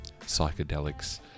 psychedelics